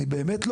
אני באמת,